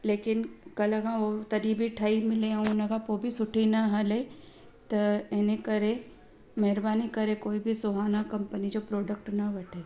लेकिन कल्ह खां उहो तॾहिं बि ठही मिले ऐं उन खां पोइ बि सुठी न हले त हिन करे महिरबानी करे कोई बि सुहाना कंपनी जो प्रोडक्ट न वठे